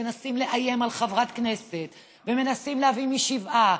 שמנסים לאיים על חברת כנסת ומנסים להביא משבעה.